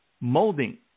molding